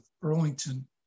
Burlington